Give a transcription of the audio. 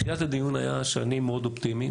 תחילת הדיון הייתה שאני מאוד אופטימי,